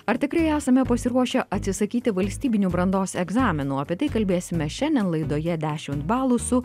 ar tikrai esame pasiruošę atsisakyti valstybinių brandos egzaminų apie tai kalbėsime šiandien laidoje dešimt balų su